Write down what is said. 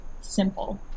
simple